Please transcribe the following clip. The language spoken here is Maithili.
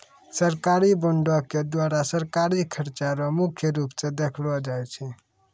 सरकारी बॉंडों के द्वारा सरकारी खर्चा रो मुख्य रूप स देखलो जाय छै